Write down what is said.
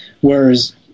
Whereas